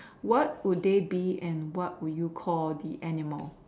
what would they be and what would you call the animal